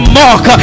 mark